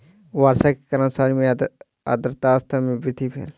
वर्षा के कारण शहर मे आर्द्रता स्तर मे वृद्धि भेल